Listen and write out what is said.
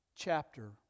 Chapter